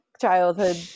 childhood